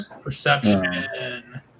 perception